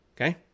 Okay